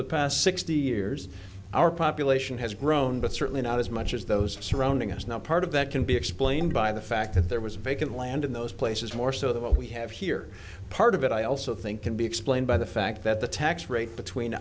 the past sixty years our population has grown but certainly not as much as those surrounding us now part of that can be explained by the fact that there was vacant land in those places more so than what we have here part of it i also think can be explained by the fact that the tax rate between